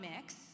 mix